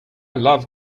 love